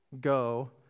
Go